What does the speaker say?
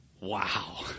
wow